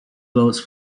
boats